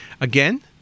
Again